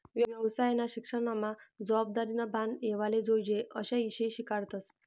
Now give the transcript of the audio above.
येवसायना शिक्सनमा जबाबदारीनं भान येवाले जोयजे अशा ईषय शिकाडतस